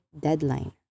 deadline